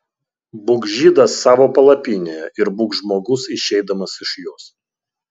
būk žydas savo palapinėje ir būk žmogus išeidamas iš jos